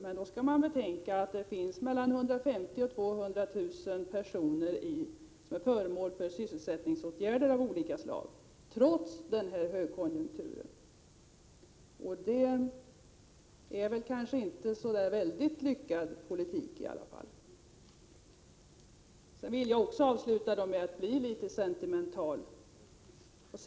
Men man skall 132 betänka att det finns mellan 150 000 och 200 000 personer i Sverige som är föremål för sysselsättningsåtgärder av olika slag trots denna högkonjunktur, och det är kanske inte en så lyckad politik. Jag vill också avsluta med att bli litet sentimental.